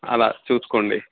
అలా చూసుకోండి